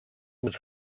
was